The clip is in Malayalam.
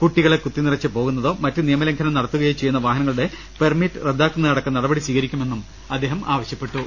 കുട്ടികളെ കുത്തിനി റച്ച് പോകുന്നതോ മറ്റ് നിയമ ലംഘനം നടത്തുകയോ ചെയ്യുന്ന വാഹനങ്ങളുടെ പെർമിറ്റ് റദ്ദാക്കുന്നതടക്കം നടപടി സ്വീകരിക്ക ണമെന്ന് അദ്ദേഹം ആവശ്യപ്പെട്ടു